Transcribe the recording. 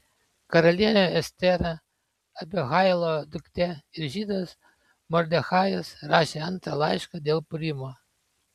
karalienė estera abihailo duktė ir žydas mordechajas rašė antrą laišką dėl purimo